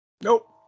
nope